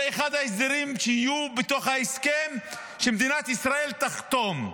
זה אחד ההסדרים שיהיו בתוך ההסכם שמדינת ישראל תחתום.